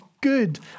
good